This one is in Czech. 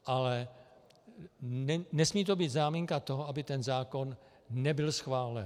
Ale nesmí to být záminka k tomu, aby ten zákon nebyl schválen.